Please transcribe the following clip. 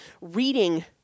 Reading